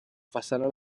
façana